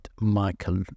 Michael